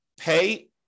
pay